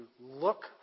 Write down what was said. look